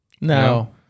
No